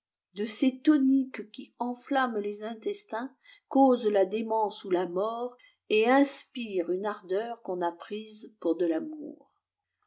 dfe ces toniques qui enflamment les intestins càuôëût là démence ou lamort et inspirent une ardeur qu'on à prise pouf de l'amour